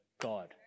God